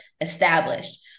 established